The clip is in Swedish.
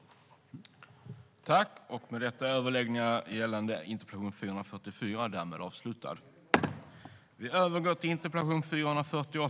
Härmed var överläggningen avslutad.